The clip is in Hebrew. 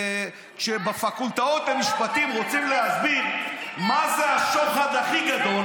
כשבפקולטות למשפטים רוצים להסביר מה זה השוחד הכי גדול,